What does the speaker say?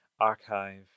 Archive